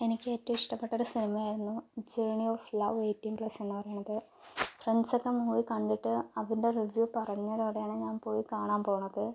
എനിക്ക് ഏറ്റവും ഇഷ്ടപ്പെട്ട ഒരു സിനിമയായിരുന്നു journey of love eighteen plus എന്ന് പറയണത് ഫ്രണ്ട്സ് ഒക്കെ മൂവി കണ്ടിട്ട് അതിന്റെ റിവ്യൂ പറഞ്ഞതോടെയാണ് ഞാൻ പോയി കാണാൻ പോണത്